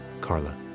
Carla